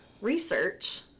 research